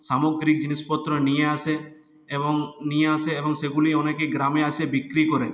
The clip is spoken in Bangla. সামগ্রীক জিনিসপত্র নিয়ে আসে এবং নিয়ে আসে এবং সেগুলি অনেকে গ্রামে আসে বিক্রি করে